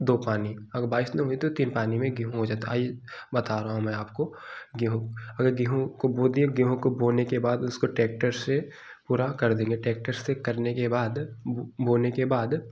दो पानी अगर बारिश नहीं हुई तो तीन पानी में गेहूँ हो जाता है आइए बता रहा हूँ मैं आपको गेहूँ अगर गेहूँ को बो दिए अगर गेहूँ को बोने के बाद उसको ट्रैक्टर से पूरा कर देंगे ट्रैक्टर से करने के बाद बोने के बाद